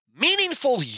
Meaningful